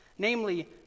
namely